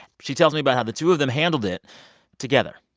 she tells me about how the two of them handled it together.